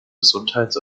gesundheits